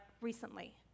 recently